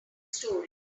story